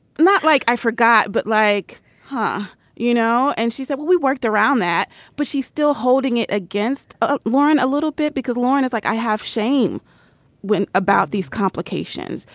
not like i forgot but like huh. you know. and she said well we worked around that but she's still holding it against ah lauren a little bit because lauren is like i have shame when about these complications.